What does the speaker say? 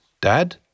Dad